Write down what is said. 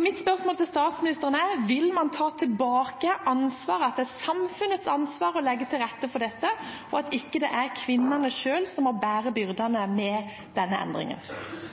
Mitt spørsmål til statsministeren er: Vil man ta tilbake ansvaret, slik at det er samfunnets ansvar å legge til rette for dette, og slik at det ikke er kvinnene selv som må bære byrdene med denne endringen?